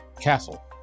Castle